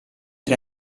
tre